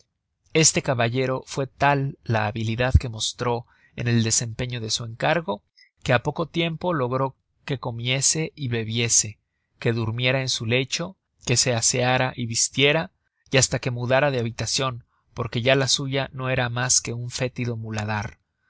este caballero fue tal la habilidad que mostró en el desempeño de su encargo que á poco tiempo logró que comiese y bebiese que durmiera en su lecho que se aseara y vistiera y hasta que mudara de habitacion porque ya la suya no era mas que un fétido muladar